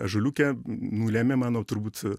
ąžuoliuke nulėmė mano turbūt